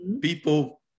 People